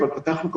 אבל פתחנו גם,